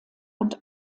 und